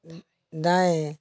दाएँ